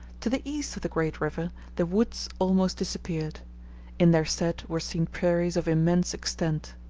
to the east of the great river, the woods almost disappeared in their stead were seen prairies of immense extent.